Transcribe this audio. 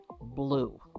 blue